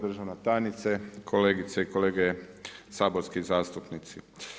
državna tajnice, kolegice i kolege saborski zastupnici.